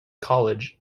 college